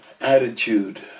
attitude